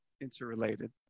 interrelated